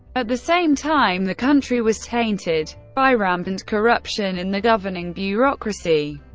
at the same time, the country was tainted by rampant corruption in the governing bureaucracy.